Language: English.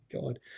god